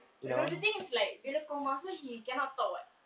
you know the thing is like bila coma so he cannot talk [what]